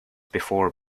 before